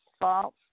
false